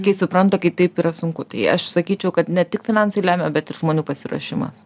kai supranta kai taip yra sunku tai aš sakyčiau kad ne tik finansai lemia bet ir žmonių pasiruošimas